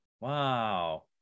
Wow